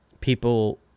People